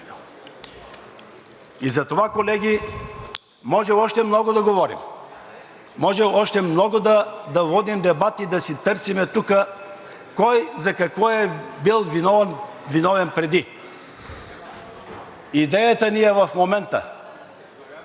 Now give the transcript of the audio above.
За това, колеги, може още много да говорим, може още много да водим дебат и да си търсим тук кой за какво е бил виновен преди. Идеята ни е в момента